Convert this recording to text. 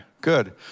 Good